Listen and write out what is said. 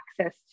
access